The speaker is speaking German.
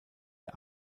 der